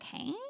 okay